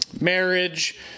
marriage